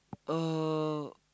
uh